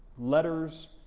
letters,